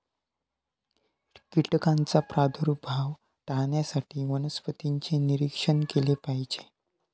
कीटकांचा प्रादुर्भाव टाळण्यासाठी वनस्पतींचे निरीक्षण केले पाहिजे